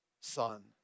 son